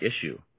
issue